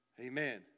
Amen